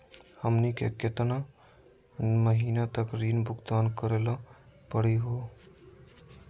हमनी के केतना महीनों तक ऋण भुगतान करेला परही हो?